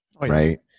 right